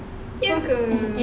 ye ke